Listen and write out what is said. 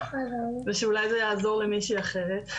ושאולי זה יעזור למישהי אחרת.